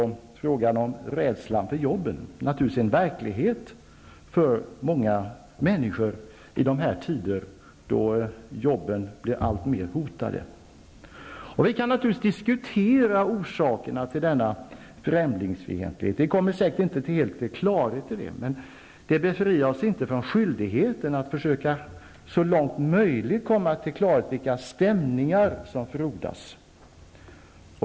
Till detta kommer även rädslan för jobben, en verklighet för många människor i dessa tider då jobben blir alltmer hotade. Vi kan förvisso diskutera orsakerna till främlingsfientligheten. Vi kanske inte helt kommer till klarhet om skälen, men det befriar oss inte från skyldigheten att försöka så långt möjligt ta reda på vilka stämningar som frodas.